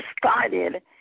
started